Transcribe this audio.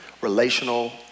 relational